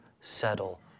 settle